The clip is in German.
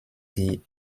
die